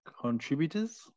contributors